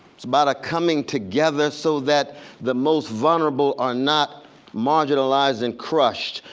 it's about a coming together so that the most vulnerable are not marginalized and crushed,